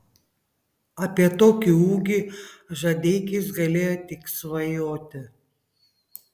apie tokį ūgį žadeikis galėjo tik svajoti